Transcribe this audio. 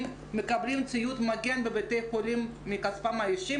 מקבלים ציוד מגן בבתי חולים מכספם האישי?